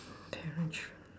Terence